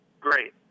great